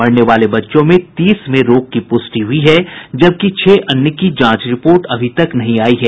मरने वाले बच्चों में तीस में रोग की पुष्टि हुई है जबकि छह अन्य की जांच रिपोर्ट अभी तक नहीं आयी है